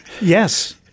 Yes